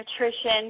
nutrition